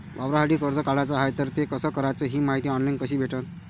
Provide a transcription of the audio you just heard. वावरासाठी कर्ज काढाचं हाय तर ते कस कराच ही मायती ऑनलाईन कसी भेटन?